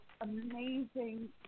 amazing